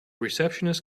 receptionist